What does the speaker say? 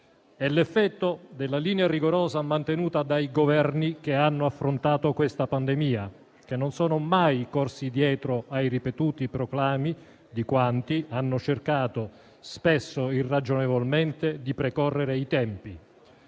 e l'effetto della linea rigorosa mantenuta dai Governi che hanno affrontato questa pandemia, che non sono mai corsi dietro ai ripetuti proclami di quanti hanno cercato, spesso irragionevolmente, di precorrere i tempi.